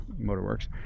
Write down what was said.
Motorworks